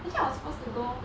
actually I was supposed to go